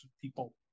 people